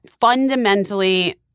fundamentally—